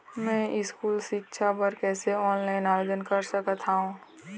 मैं स्कूल सिक्छा बर कैसे ऑनलाइन आवेदन कर सकत हावे?